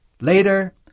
Later